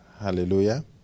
Hallelujah